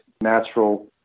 natural